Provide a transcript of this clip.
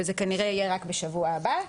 וזה כנראה יהיה רק בשבוע הבא.